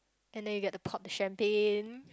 and then you get to pop the champagne